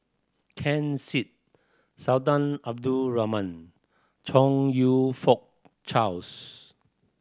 Ken Seet Sultan Abdul Rahman Chong You Fook Charles